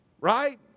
Right